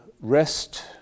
rest